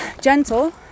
gentle